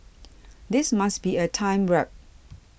this must be a time warp